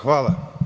Hvala.